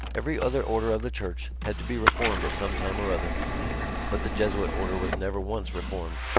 every other order of the church had to be reformed at some time or other but the jesuit order was never once reformed.